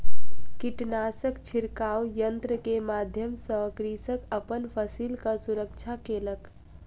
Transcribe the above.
कीटनाशक छिड़काव यन्त्र के माध्यम सॅ कृषक अपन फसिलक सुरक्षा केलक